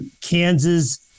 Kansas